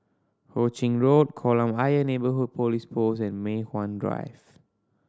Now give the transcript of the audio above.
Hu Ching Road Kolam Ayer Neighbourhood Police Post and Mei Hwan Drive